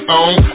on